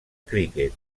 criquet